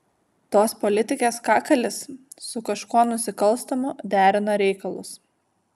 tos politikės kakalis su kažkuo nusikalstamu derina reikalus